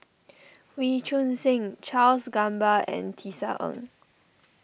Wee Choon Seng Charles Gamba and Tisa Ng